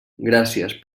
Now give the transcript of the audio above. gràcies